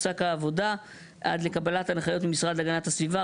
תופסק העבודה עד לקבלת הנחיות מהמשרד להגנת הסביבה,